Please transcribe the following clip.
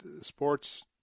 sports